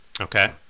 okay